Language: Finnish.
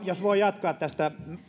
jos voi jatkaa tästä